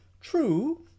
True